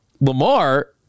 Lamar